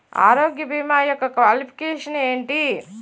ఆరోగ్య భీమా యెక్క క్వాలిఫికేషన్ ఎంటి?